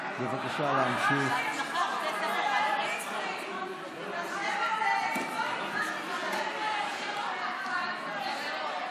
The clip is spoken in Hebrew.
המהווה תפנית היסטורית וחשובה בתפיסת משרד החקלאות.